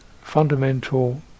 fundamental